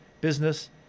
business